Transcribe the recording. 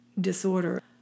disorder